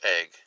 egg